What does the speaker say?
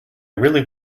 really